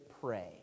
pray